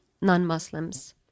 non-Muslims